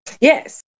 Yes